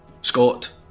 Scott